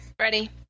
ready